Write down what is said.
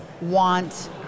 want